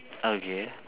okay